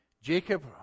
Jacob